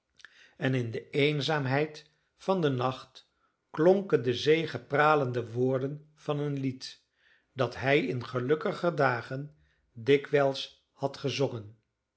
en in de eenzaamheid van den nacht klonken de zegepralende woorden van een lied dat hij in gelukkiger dagen dikwijls had gezongen